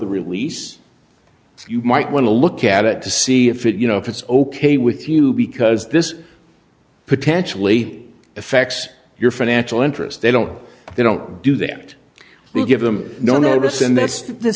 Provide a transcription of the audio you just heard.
the release you might want to look at it to see if it you know if it's ok with you because this potentially affects your financial interests they don't know they don't do that we give them no notice and that's the